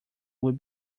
will